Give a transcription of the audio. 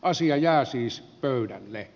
asia jää siis pöydälle